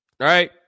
Right